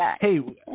Hey